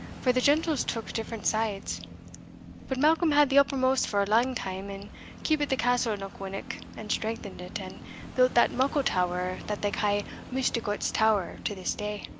for the gentles took different sides but malcolm had the uppermost for a lang time, and keepit the castle of knockwinnock, and strengthened it, and built that muckle tower that they ca' misticot's tower to this day.